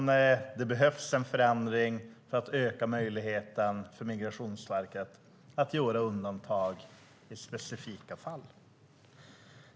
Det behövs en förändring för att öka möjligheten för Migrationsverket att göra undantag i specifika fall.